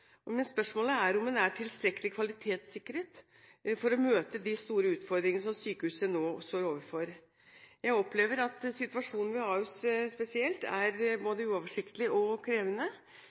Men spørsmålet er om den er tilstrekkelig kvalitetssikret til å møte de store utfordringene som sykehuset nå står overfor. Jeg opplever at situasjonen ved Ahus spesielt er både uoversiktlig og krevende.